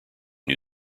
new